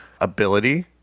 ability